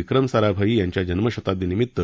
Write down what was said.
विक्रम साराभाई यांच्या जन्मशताब्दी निमित